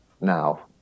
now